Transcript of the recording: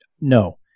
No